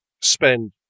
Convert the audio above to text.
spend